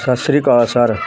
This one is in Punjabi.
ਸਤਿ ਸ਼੍ਰੀ ਅਕਾਲ ਸਰ